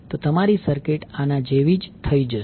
તો તમારી સર્કિટ આના જેવી થઈ જશે